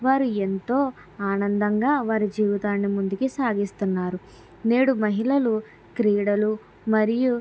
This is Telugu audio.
వారు ఎంతో ఆనందంగా వారి జీవితాన్ని ముందుకు సాగిస్తున్నారు నేడు మహిళలు క్రీడలు మరియు